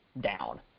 down